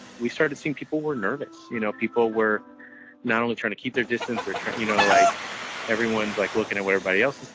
we started seeing people were nervous. you know, people were not only trying to keep their distance or trying, you know, like everyone's like looking at whereby yeah else.